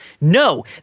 No